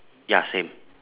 ya same